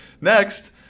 Next